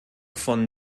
von